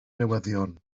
newyddion